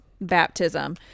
baptism